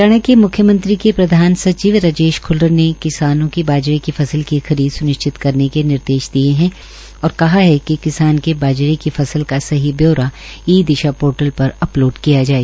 हरियाणा के मुख्यमंत्री के प्रधान सचिव राजेश ख्ल्लर ने किसानों की बाजरे की फसल की खरीद स्निश्चित करने के निर्देश दिया है और कहा है कि किसान के बाजरे की फसल का सही ब्यौरा ई दिशा पोर्टल पर अपलोड किया जाए